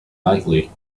nightly